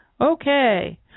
okay